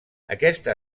aquesta